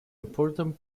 important